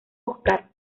óscar